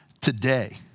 today